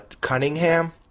Cunningham